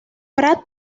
pratt